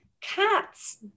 cats